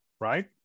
Right